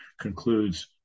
concludes